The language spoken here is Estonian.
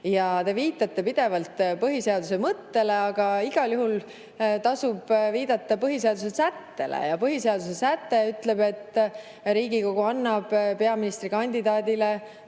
Te viitate pidevalt põhiseaduse mõttele, aga igal juhul tasub viidata põhiseaduse sättele. Ja põhiseaduse säte ütleb, et Riigikogu annab peaministrikandidaadile